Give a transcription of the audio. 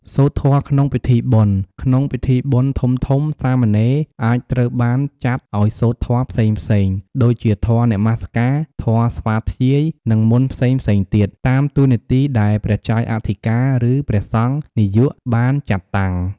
សូត្រធម៌ក្នុងពិធីបុណ្យ ក្នុងពិធីបុណ្យធំៗសាមណេរអាចត្រូវបានចាត់ឱ្យសូត្រធម៌ផ្សេងៗ ដូចជាធម៌នមស្ការ ធម៌ស្វាធ្យាយ និងមន្តផ្សេងៗទៀត តាមតួនាទីដែលព្រះចៅអធិការ ឬព្រះសង្ឃនាយកបានចាត់តាំង។